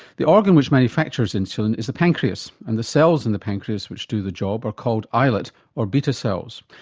the organ which manufactures insulin is the pancreas and the cells in the pancreas which do the job are called islet or beta cells.